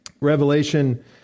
Revelation